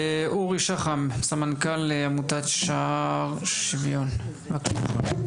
אורי שחם, עמותת "שער שוויון", בבקשה.